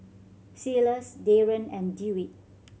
Silas Daren and Dewitt